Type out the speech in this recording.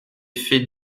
fait